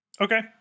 Okay